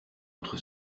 autre